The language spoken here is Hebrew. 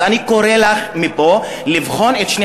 אז אני קורא לך מפה לבחון את שני